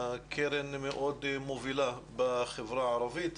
קרן מאוד מובילה בחברה הערבית.